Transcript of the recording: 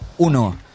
Uno